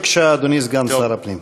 בבקשה, אדוני, סגן שר הפנים.